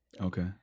Okay